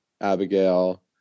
Abigail